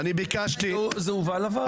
זה הובא לוועדה.